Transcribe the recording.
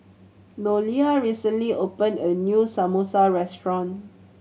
Nolia recently opened a new Samosa restaurant